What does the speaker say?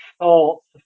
thoughts